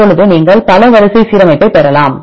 இப்போது நீங்கள் பல வரிசை சீரமைப்பைப் பெறலாம்